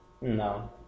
No